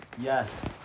Yes